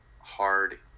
hard